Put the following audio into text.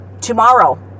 tomorrow